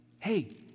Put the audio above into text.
Hey